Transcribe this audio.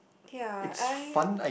ya I